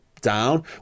down